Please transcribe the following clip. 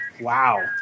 Wow